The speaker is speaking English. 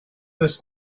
this